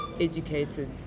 educated